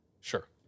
Sure